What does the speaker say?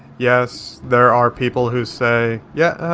yes, there are people who say, yeah,